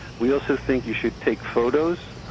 we also think you should take photos,